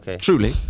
truly